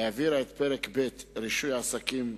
העבירה את פרק ב' רישוי עסקים,